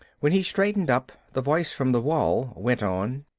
when he straightened up the voice from the wall went on,